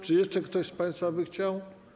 Czy jeszcze ktoś z państwa by chciał?